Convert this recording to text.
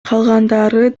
калгандары